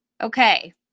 Okay